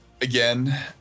again